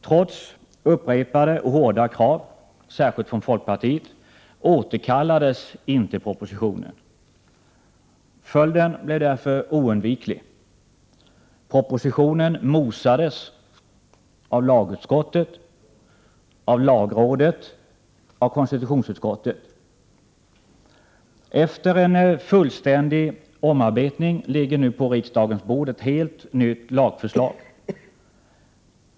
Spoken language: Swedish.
Trots upprepade och hårda krav, särskilt från folkpartiet, återkallades inte propositionen. Följden blev därför oundviklig: propositionen ”mosades” av lagutskottet, lagrådet och konstitutionsutskottet. Efter en fullständig omarbetning ligger nu på riksdagens bord ett helt nytt lagförslag.